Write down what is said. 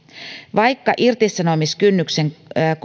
vaikka irtisanomiskynnykseen